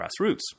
grassroots